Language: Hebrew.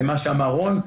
למה שאמר רון,